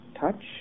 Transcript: touch